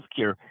healthcare